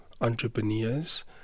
entrepreneurs